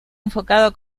enfocado